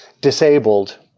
disabled